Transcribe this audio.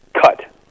Cut